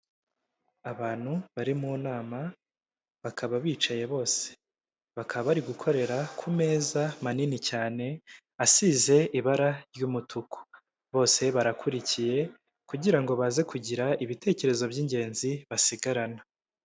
Abantu bari mu inama bakaba bicaye bose, bakaba bari gukorera ku ameza manini cyane asize ibara ry'umutuku bose barakurikiye, kugira ngo baze kugira ibitekerezo by'ingenzi basigarana.